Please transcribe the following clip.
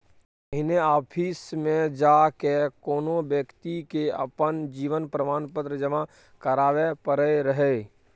पहिने आफिसमे जा कए कोनो बेकती के अपन जीवन प्रमाण पत्र जमा कराबै परै रहय